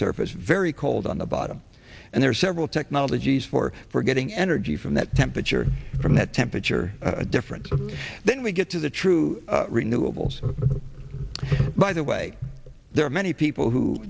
surface very cold on the bottom and there are several technologies for for getting energy from that temperature from that temperature difference then we get to the true renewables by the way there are many people who